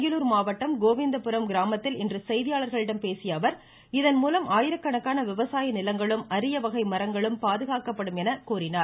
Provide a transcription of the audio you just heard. அரியலூர் மாவட்டம் கோவிந்தபுரம் கிராமத்தில் இன்று செய்தியாளர்களிடம் பேசிய அவர் இதன் மூலம் ஆயிரக்கணக்கான விவசாய நிலங்களும் அரிய வகை மரங்களும் பாதுகாக்கப்படும் என அவர் கூறினார்